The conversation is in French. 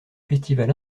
festival